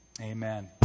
amen